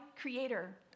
creator